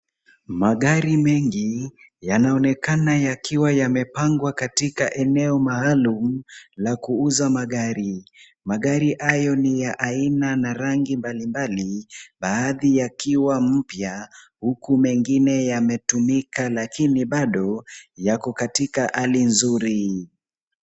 Magari mengi yanaonekana yakiwa yamepangwa katika eneo maalum la kuuza magari. Magari hayo ni ya aina na rangi mbalimbali, baadhi yakiwa mpya huku mengine yametumika lakini bado yako katika hali nzuri.